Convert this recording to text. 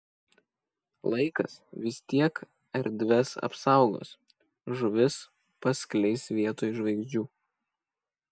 laikas vis tiek erdves apsaugos žuvis paskleis vietoj žvaigždžių